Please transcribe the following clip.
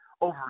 over